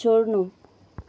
छोड्नु